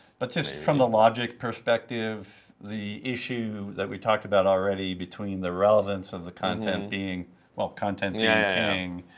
but just from the logic perspective, the issue that we talked about already between the relevance of the content being well, content being yeah king.